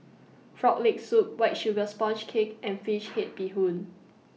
Frog Leg Soup White Sugar Sponge Cake and Fish Head Bee Hoon